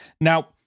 Now